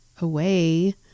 away